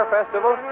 Festival